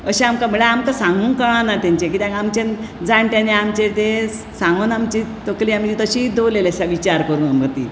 अशे आमकां म्हटल्यार आमकां सांगूंक कळाना तांचे ते कित्याक आमचें तें जाणट्यानीं आमचें तें सांगून आमची तकली ती तशीच दवरलेली आसा विचार करून ती